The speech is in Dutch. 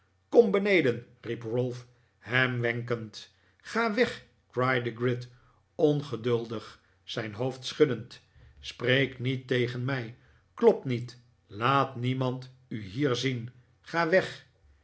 kom beneden riep ralph hem wenkend ga we eg kraaide gride ongeduldig zijn hoofd schuddend spreek niet tegen mij klop niet laat niemand u hier zien ga weg